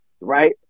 right